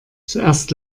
zuerst